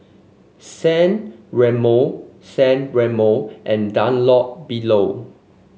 San Remo San Remo and Dunlopillo